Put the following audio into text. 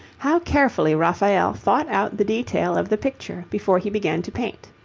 how carefully raphael thought out the detail of the picture before he began to paint.